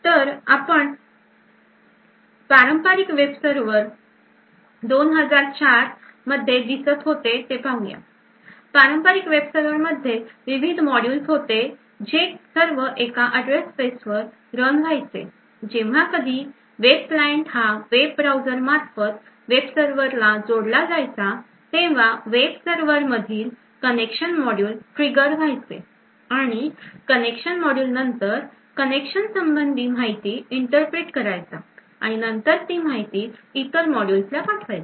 तर आपण पारंपारिक वेबसर्वर 2004 मध्ये दिसत होते ते पाहूयात पारंपारिक वेब सर्वर मध्ये विविध मॉड्यूलस होते जे सर्व एका address space वर रन व्हायचे जेव्हा कधी web client हा web browser मार्फत वेब सर्वरला जोडला जायचा तेव्हा वेब सर्वर मधील कनेक्शन मॉड्यूल trigger व्हायचे आणि कनेक्शन मॉड्यूल नंतर कनेक्शन संबंधी माहिती interpret करायचा आणि नंतर ती माहिती इतर मॉड्यूलसला पाठवायचा